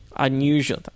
Unusual